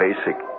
basic